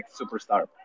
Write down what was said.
superstar